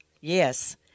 yes